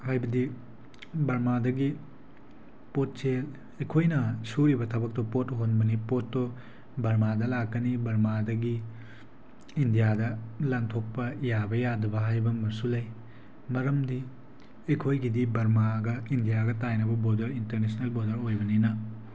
ꯍꯥꯏꯕꯗꯤ ꯕꯔꯃꯥꯗꯒꯤ ꯄꯣꯠꯁꯦ ꯑꯩꯈꯣꯏꯅ ꯁꯨꯔꯤꯕ ꯊꯕꯛꯇꯣ ꯄꯣꯠ ꯍꯣꯟꯕꯅꯤ ꯄꯣꯠꯇꯣ ꯕꯔꯃꯥꯗ ꯂꯥꯛꯀꯅꯤ ꯕꯔꯃꯥꯗꯒꯤ ꯏꯟꯗꯤꯌꯥꯗ ꯂꯥꯟꯊꯣꯛꯄ ꯌꯥꯕ ꯌꯥꯗꯕ ꯍꯥꯏꯕ ꯑꯃꯁꯨ ꯂꯩ ꯃꯔꯝꯗꯤ ꯑꯩꯈꯣꯏꯒꯤꯗꯤ ꯕꯔꯃꯥꯒ ꯏꯟꯗꯤꯌꯥꯒ ꯇꯥꯏꯅꯕ ꯕꯣꯗꯔ ꯏꯟꯇꯔꯅꯦꯁꯅꯦꯜ ꯕꯣꯗꯔ ꯑꯣꯏꯕꯅꯤꯅ